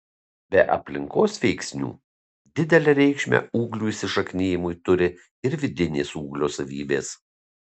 be aplinkos veiksnių didelę reikšmę ūglių įsišaknijimui turi ir vidinės ūglio savybės